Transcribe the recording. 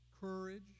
courage